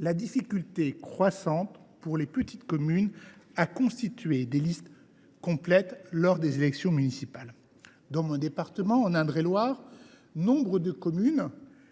la difficulté croissante, pour les petites communes, de constituer des listes complètes lors des élections municipales. Dans le département dont je suis élu, l’Indre et Loire, nombre de communes